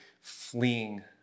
fleeing